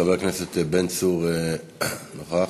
חבר הכנסת בן צור, נוכח?